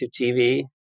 TV